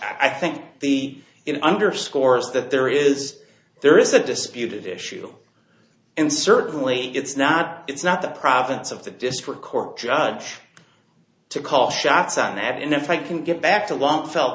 i think the it underscores that there is there is a disputed issue and certainly it's not it's not the province of the district court judge to call shots on that and if i can get back to one felt